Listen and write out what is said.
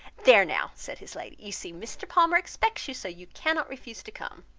there now, said his lady, you see mr. palmer expects you so you cannot refuse to come.